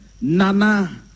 Nana